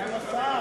איפה?